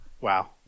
Wow